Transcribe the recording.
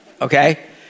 okay